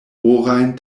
orajn